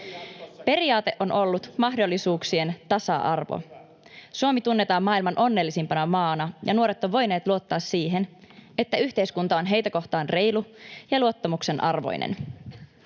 Periaate on ollut mahdollisuuksien tasa-arvo. Suomi tunnetaan maailman onnellisimpana maana, ja nuoret ovat voineet luottaa siihen, että yhteiskunta on heitä kohtaan reilu ja luottamuksen arvoinen.